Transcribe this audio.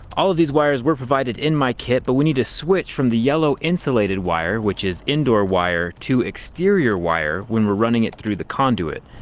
all of these wires were provided in my kit, but we need a switch from the yellow insulated wire, which is indoor wire, to exterior wire when we're running it through the conduit.